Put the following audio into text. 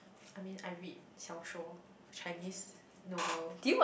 I mean I read Xiao Shuo Chinese novel